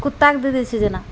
कुत्ताके दऽ दै छै जेना